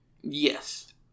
Yes